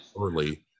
early